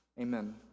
Amen